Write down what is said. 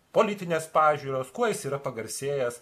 politinės pažiūros kuo jis yra pagarsėjęs